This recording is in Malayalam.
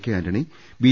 K Antony B